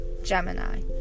Gemini